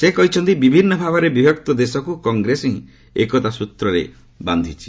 ସେ କହିଛନ୍ତି ବିଭିନ୍ନ ଭାଗରେ ବିଭକ୍ତ ଦେଶକୁ କଂଗ୍ରେସ ହିଁ ଏକତା ସ୍ୱତ୍ରରେ ବାନ୍ଧିଛି